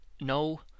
No